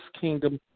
kingdom